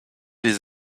les